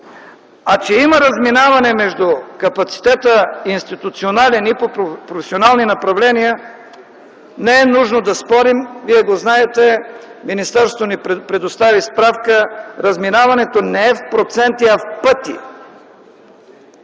А, че има разминаване между капацитета – институционален и по професионални направления, не е нужно да спорим, вие го знаете. Министерството ни предостави справки и разминаването не е в проценти, а в пъти